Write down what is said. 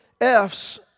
F's